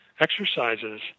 exercises